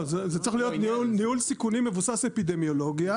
זה צריך להיות ניהול סיכונים מבוסס אפידמיולוגיה,